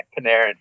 Panarin